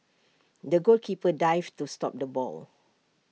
the goalkeeper dived to stop the ball